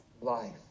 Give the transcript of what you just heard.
life